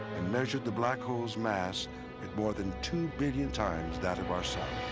and measured the black hole's mass at more than two billion times that of our sun.